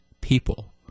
people